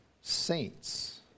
saints